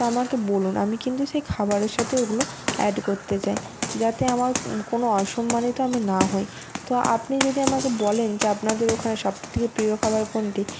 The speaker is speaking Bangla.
তো আমাকে বলুন আমি কিন্তু সেই খাবারের সাথে ওগুলো অ্যাড করতে চাই যাতে আমার কোনও অসম্মানিত আমি না হই তো আপনি যদি আমাকে বলেন যে আপনাদের ওখানে সবথেকে প্রিয় খাবার কোনটি